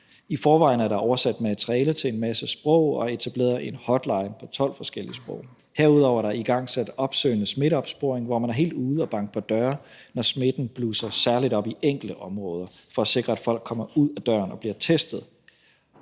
I forvejen er der oversat materiale til en masse sprog og etableret en hotline på 12 forskellige sprog. Herudover er der igangsat opsøgende smitteopsporing, hvor man er helt ude at banke på døre, når smitten blusser særlig op i enkelte områder, for at sikre, at folk kommer ud ad døren og bliver testet.